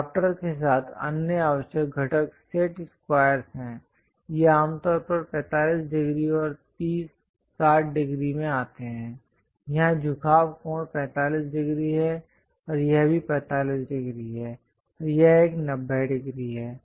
drafter के साथ अन्य आवश्यक घटक सेट स्क्वायर हैं ये आमतौर पर 45 डिग्री और 30 60 डिग्री में आते हैं यहाँ झुकाव कोण 45 डिग्री है और यह भी 45 डिग्री है और यह एक 90 डिग्री है